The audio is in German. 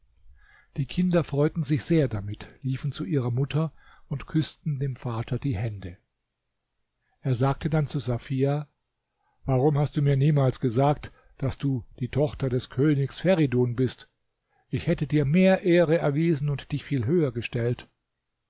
die kinder freuten sich sehr damit liefen zu ihrer mutter und küßten dem vater die hände er sagte dann zu safia warum hast du mir niemals gesagt daß du die tochter des königs feridun bist ich hätte dir mehr ehre erwiesen und dich viel höher gestellt